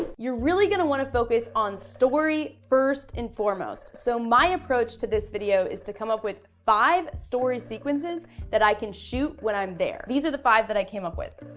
ah you're really gonna wanna focus on story first and foremost, so my approach to this video is to come up with five story sequences that i can shoot when i'm there. these area the five that i came up with.